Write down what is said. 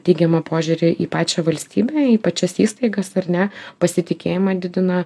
teigiamą požiūrį į pačią valstybę į pačias įstaigas ar ne pasitikėjimą didina